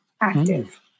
active